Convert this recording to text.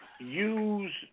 use